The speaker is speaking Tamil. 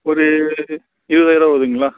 ஒரு இருவதாயர ரூவா ஓகேங்களா